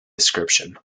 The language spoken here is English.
description